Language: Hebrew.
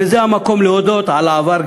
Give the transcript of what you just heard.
וזה המקום להודות על העבר,